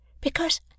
Because